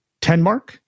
Tenmark